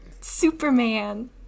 superman